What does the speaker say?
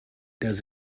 does